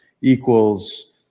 equals